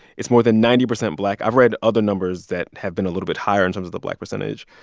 it's more than ninety percent black. i've read other numbers that have been a little bit higher in terms of the black percentage.